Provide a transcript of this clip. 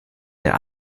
der